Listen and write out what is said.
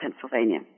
Pennsylvania